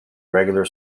regular